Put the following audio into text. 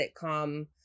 sitcom